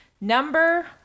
number